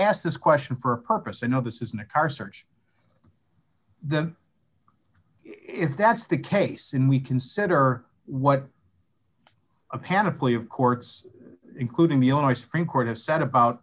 asked this question for a purpose i know this isn't a car search them if that's the case in we consider what a panic plea of courts including the our supreme court has said about